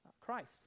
Christ